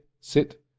sit